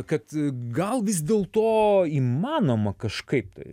kad gal vis dėlto įmanoma kažkaip tai